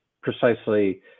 precisely